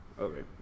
Okay